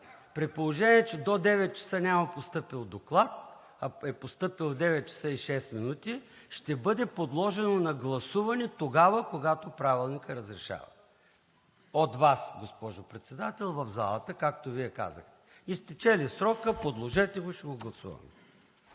при положение че до 9,00 ч. няма постъпил доклад, а е постъпил в 9,06 ч. Ще бъде подложено на гласуване тогава, когато Правилникът разрешава – от Вас, госпожо Председател, в залата, както Вие казахте. Изтече ли срокът, подложете го и ще го гласуваме.